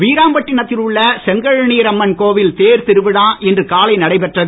வீராம்பட்டினத்தில் உள்ள செங்கழுநீர் அம்மன் தேர்த்திருவிழா இன்று காலை நடைபெற்றது